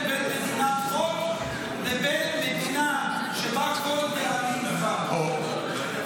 בין מדינת חוק לבין מדינה שבה כל דאלים גבר.